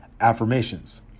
Affirmations